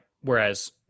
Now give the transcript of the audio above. Whereas